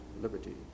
Liberty